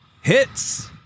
hits